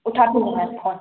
उठा पुठाकऽ